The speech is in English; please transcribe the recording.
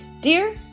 Dear